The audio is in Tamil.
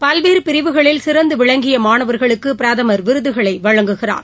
பல்வேறு பிரிவுகளில் சிறந்து விளங்கிய மாணவர்களுக்கு பிரதமர் விருதுகளை வழங்குகிறார்